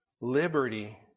Liberty